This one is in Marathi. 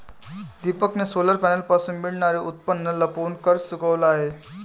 दीपकने सोलर पॅनलपासून मिळणारे उत्पन्न लपवून कर चुकवला आहे